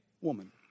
woman